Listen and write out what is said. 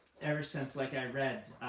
ever since like i read